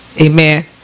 amen